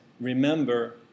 remember